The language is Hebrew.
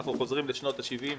אנחנו חוזרים לשנות השבעים,